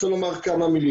של המשרד לביטחון פנים.